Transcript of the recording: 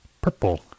Purple